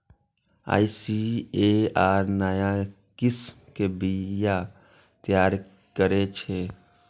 ICAR नया किस्म के बीया तैयार करै छै